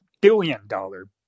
billion-dollar